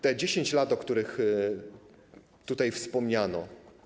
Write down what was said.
Te 10 lat, o których tutaj wspomniano.